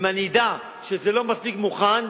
אם אני אדע שזה לא מספיק מוכן,